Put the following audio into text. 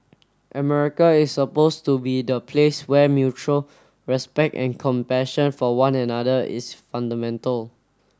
America is supposed to be the place where mutual respect and compassion for one another is fundamental